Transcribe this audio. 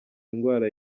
indwara